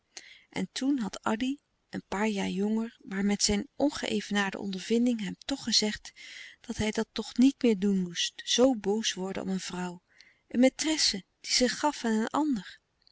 en toen had addy een paar jaren jonger maar met zijn ongeëvenaarde ondervinding hem toch gezegd dat hij dat toch niet meer doen moest zoo boos worden om een vrouw een maîtresse die zich gaf aan een ander